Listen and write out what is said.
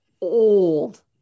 old